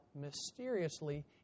mysteriously